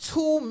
Two